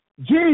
Jesus